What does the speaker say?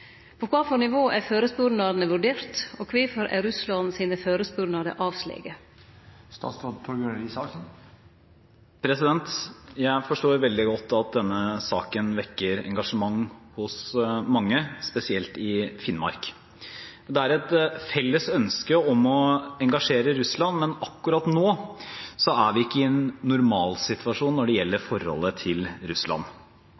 På kva for nivå er førespurnadene vurderte, og kvifor er Russland sine førespurnader avviste?» Jeg forstår veldig godt at denne saken vekker engasjement hos mange, spesielt i Finnmark. Det er et felles ønske om å engasjere Russland, men akkurat nå er vi ikke i en normalsituasjon når det gjelder forholdet til Russland.